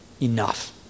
enough